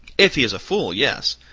if he is a fool, yes.